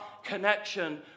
Connection